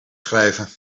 schrijven